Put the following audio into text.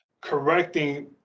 correcting